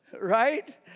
Right